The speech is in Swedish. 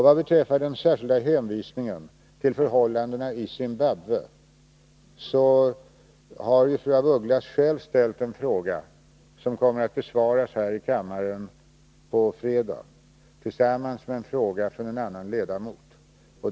Vad beträffar den särskilda hänvisningen till förhållandena i Zimbabwe har ju fru af Ugglas själv ställt en fråga, som kommer att besvaras här i kammaren på fredag tillsammans med en fråga från en annan ledamot.